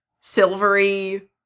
silvery